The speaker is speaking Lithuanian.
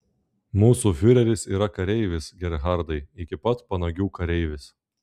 mūsų fiureris yra kareivis gerhardai iki pat panagių kareivis